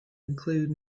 include